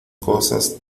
cosas